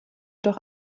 doch